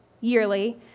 yearly